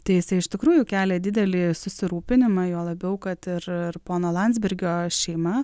tai jisai iš tikrųjų kelia didelį susirūpinimą juo labiau kad ir pono landsbergio šeima